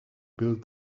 build